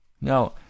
Now